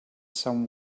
some